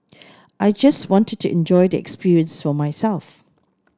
I just wanted to enjoy the experience for myself